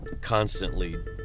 constantly